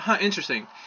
interesting